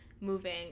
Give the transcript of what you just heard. moving